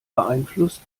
beeinflusst